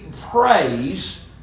praise